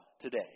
today